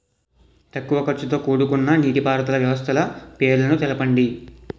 తక్కువ ఖర్చుతో కూడుకున్న నీటిపారుదల వ్యవస్థల పేర్లను తెలపండి?